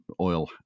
oil